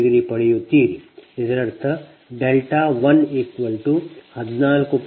5 ಪಡೆಯುತ್ತೀರಿ ಇದರರ್ಥ 114